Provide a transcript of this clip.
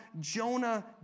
Jonah